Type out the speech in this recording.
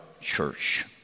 church